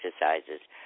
exercises